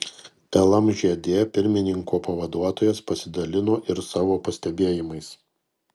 lmžd pirmininko pavaduotojas pasidalino ir savo pastebėjimais